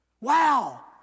Wow